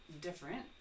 different